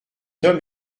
homme